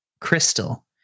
crystal